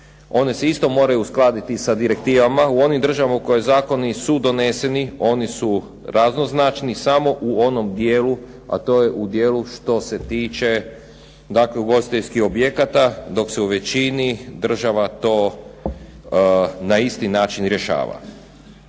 one se isto moraju uskladiti sa direktivama u onim državama u kojima zakoni su doneseni oni su raznoznačni samo u onom dijelu, a to je u dijelu što se tiče dakle ugostiteljskih objekata dok se u većini država to na isti način rješava.